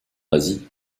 asie